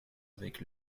avec